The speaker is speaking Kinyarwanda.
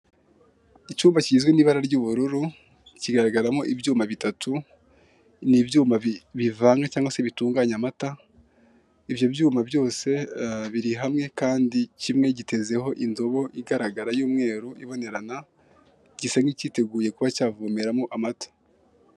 Icyumba kizwi nk'ibara ry'ubururu, kigaragaramo ibyuma bitatu, ni ibyuma bivana cyangwa se bitunganya amata, ibyo byuma byose biri hamwe kandi kimwe gitezeho indobo igaragara y'umweru ibonerana, gisa nk'ikiteguye kuba cyavomeramo amata.